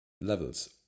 levels